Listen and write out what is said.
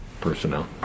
personnel